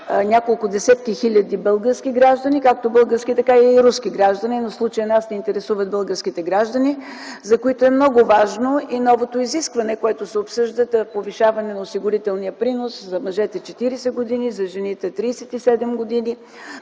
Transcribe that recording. няколко десетки хиляди граждани - както български, така и руски граждани, но в случая нас ни интересуват българските граждани, за които е много важно и новото изискване, което се обсъжда, за повишаване на осигурителния принос – за мъжете 40 години, за жените – 37 години.